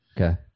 okay